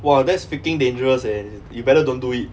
!wah! that's freaking dangerous eh you better don't do it